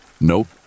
nope